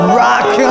rock